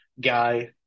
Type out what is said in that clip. guy